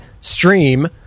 stream